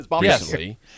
recently